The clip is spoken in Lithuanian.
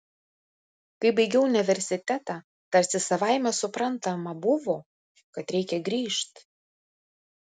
kai baigiau universitetą tarsi savaime suprantama buvo kad reikia grįžt